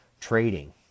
trading